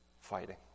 fighting